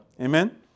Amen